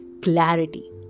clarity